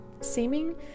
seeming